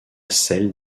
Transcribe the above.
celle